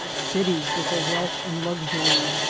cities with their wealth and lux ury.